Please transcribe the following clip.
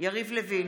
יריב לוין,